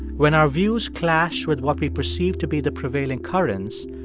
when our views clash with what we perceive to be the prevailing currents,